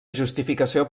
justificació